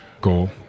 goal